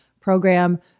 program